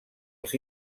els